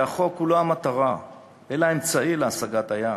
עלינו לזכור כי החוק הוא לא המטרה אלא האמצעי להשגת היעד.